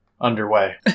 underway